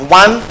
one